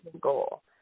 goal